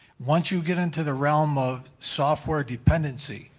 once you get into the realm of software dependency,